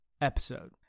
episode